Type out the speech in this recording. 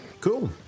Cool